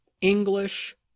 English